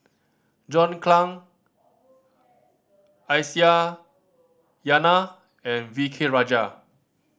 John Clang Aisyah Lyana and V K Rajah